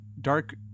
dark